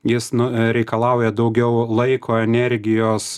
jis nu reikalauja daugiau laiko energijos